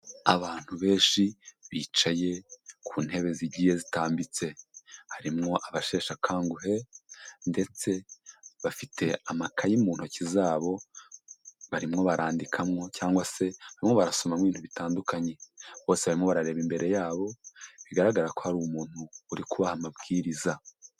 Abantu benshi bicaye ku ntebe zigiye zitambitse, harimwo abasheshe akanguhe ndetse bafite amakayi mu ntoki zabo barimo barandikamo cyangwa se barimo barasomamo ibintu bitandukanye, bose barimo barareba imbere yabo bigaragara ko hari umuntu uri kubaha amabwiriza.